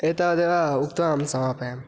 एतावदेव उक्त्वा अहं समापयामि